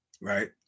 right